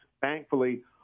Thankfully